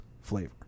flavor